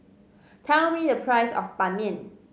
tell me the price of Ban Mian